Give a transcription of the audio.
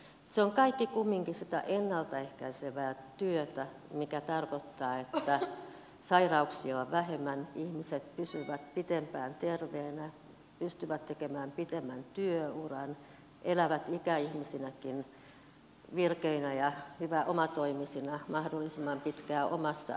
se on kaikki kumminkin sitä ennalta ehkäisevää työtä mikä tarkoittaa että sairauksia on vähemmän ihmiset pysyvät pitempään terveinä pystyvät tekemään pitemmän työuran elävät ikäihmisinäkin virkeinä ja omatoimisina mahdollisimman pitkään omassa asunnossaan